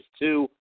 two